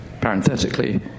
parenthetically